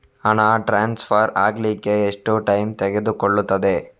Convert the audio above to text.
ಹಣ ಟ್ರಾನ್ಸ್ಫರ್ ಅಗ್ಲಿಕ್ಕೆ ಎಷ್ಟು ಟೈಮ್ ತೆಗೆದುಕೊಳ್ಳುತ್ತದೆ?